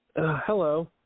Hello